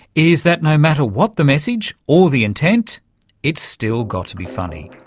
is that no matter what the message or the intent it's still got to be funny.